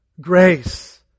grace